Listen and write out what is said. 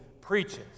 preaches